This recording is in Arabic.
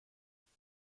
أسمع